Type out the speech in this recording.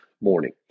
morning